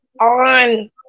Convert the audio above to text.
on